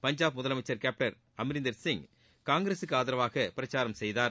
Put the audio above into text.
பஞ்சாப் முதலனமச்சர் கேப்டன் அம்ரீந்தர்சிய் காங்கிரசுக்கு ஆதரவாக பிரச்சாரம் செய்தார்